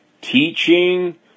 teaching